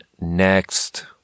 Next